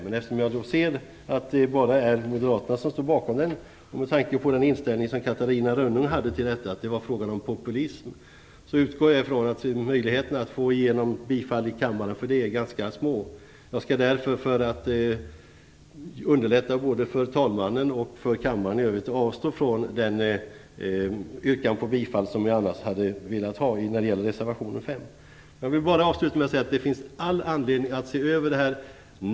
Men eftersom jag ser att det bara är moderaterna som står bakom den och med tanke på den inställning som Catarina Rönnung hade till detta, att det var frågan om populism, utgår jag ifrån att möjligheterna att få ett bifall i kammaren för detta är ganska små. För att underlätta både för talmannen och för kammaren i övrigt avstår jag ifrån den yrkan på bifall som jag annars hade velat göra när det gäller reservation 5. Jag vill avsluta med att säga att det finns all anledning att se över detta.